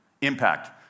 impact